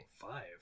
five